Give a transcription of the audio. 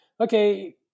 okay